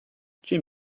jim